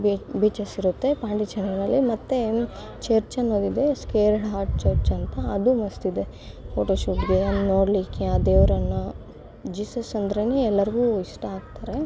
B ಬೀಚಸ್ಸಿರುತ್ತೆ ಪಾಂಡಿಚೇರಿನಲ್ಲಿ ಮತ್ತೆ ಚರ್ಚ್ ಅನ್ನೋದಿದೆ ಕೇರಳ ಹಾರ್ಟ್ ಚರ್ಚ್ ಅಂತ ಅದು ಮಸ್ತಿದೆ ಫೋಟೋಶೂಟ್ಗೆ ಅದು ನೋಡ್ಲಿಕ್ಕೆ ಆ ದೇವ್ರನ್ನು ಜೀಸಸ್ ಅಂದರೇನೇ ಎಲ್ಲರಿಗೂ ಇಷ್ಟ ಆಗ್ತಾರೆ